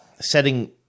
setting